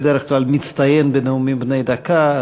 הוא בדרך כלל מצטיין בנאומים בני דקה,